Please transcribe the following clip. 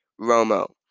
ROMO